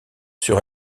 sur